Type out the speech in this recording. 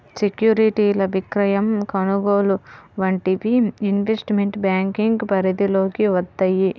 సెక్యూరిటీల విక్రయం, కొనుగోలు వంటివి ఇన్వెస్ట్మెంట్ బ్యేంకింగ్ పరిధిలోకి వత్తయ్యి